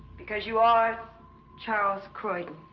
because you are charles croydon